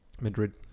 Madrid